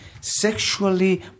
sexually